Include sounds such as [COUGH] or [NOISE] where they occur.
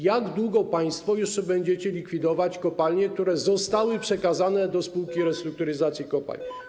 Jak długo państwo jeszcze będziecie likwidować kopalnie, które zostały przekazane [NOISE] do Spółki Restrukturyzacji Kopalń?